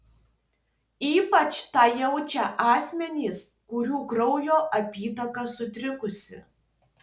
ypač tą jaučia asmenys kurių kraujo apytaka sutrikusi